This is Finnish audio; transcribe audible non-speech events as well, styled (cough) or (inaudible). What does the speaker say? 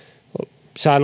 saan (unintelligible)